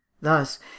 thus